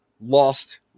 lost